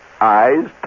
eyes